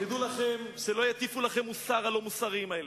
שלא יטיפו לכם מוסר, הלא-מוסריים האלה.